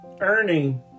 earning